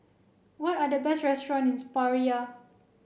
what are the best restaurants in Praia